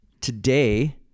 today